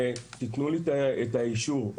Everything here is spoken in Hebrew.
תנו לי את האישור.